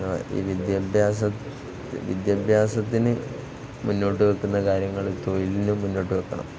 ഈ വിദ്യാഭ്യാസത്തിന് മുന്നോട്ടുവെയ്ക്കുന്ന കാര്യങ്ങള് തൊഴിലിനും മുന്നോട്ടുവെയ്ക്കണം